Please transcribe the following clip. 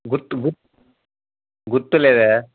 గుర్తు గుర్త్ గుర్తు లేదే